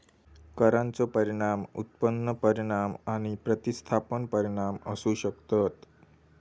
करांचो परिणाम उत्पन्न परिणाम आणि प्रतिस्थापन परिणाम असू शकतत